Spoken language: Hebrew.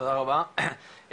תודה רבה,